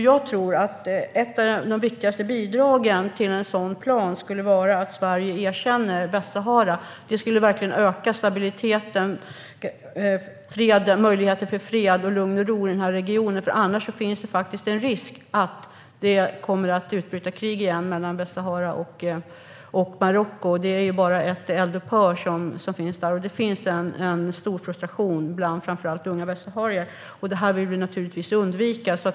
Jag tror att ett av de viktigaste bidragen till en sådan plan skulle vara att Sverige erkänner Västsahara. Det skulle verkligen öka stabiliteten, möjligheten till fred och till att få lugn och ro i regionen. Annars finns det faktiskt en risk att det kommer att utbryta krig igen mellan Västsahara och Marocko. För närvarande är det bara eldupphör, och det råder en stor frustration bland framför allt unga västsaharier. Krig vill vi naturligtvis undvika.